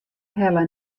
helle